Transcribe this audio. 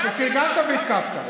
פרגנת והתקפת.